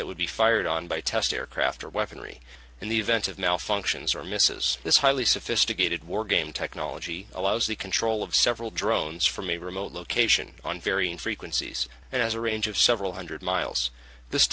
that would be fired on by test aircraft or weaponry in the event of malfunctions or misses this highly sophisticated wargame technology allows the control of several drones from a remote location on varying frequencies and as a range of several hundred miles this